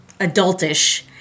adultish